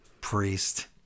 Priest